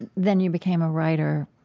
and then you became a writer,